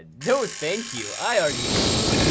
no, thank you, i already ate.